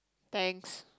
thanks